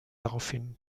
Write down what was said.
daraufhin